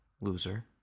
Loser